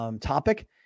Topic